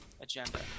agenda